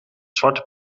zwarte